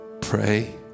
pray